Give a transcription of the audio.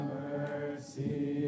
mercy